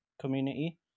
community